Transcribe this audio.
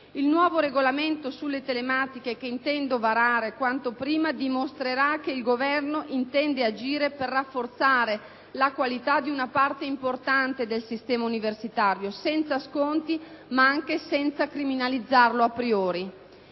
Il nuovo regolamento sulle università telematiche, che intendo varare quanto prima, dimostrerà che il Governo intende agire per rafforzare la qualità di una parte importante del sistema universitario, senza sconti ma anche senza criminalizzarlo a priori.